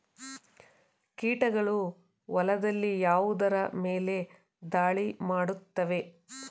ಕೀಟಗಳು ಹೊಲದಲ್ಲಿ ಯಾವುದರ ಮೇಲೆ ಧಾಳಿ ಮಾಡುತ್ತವೆ?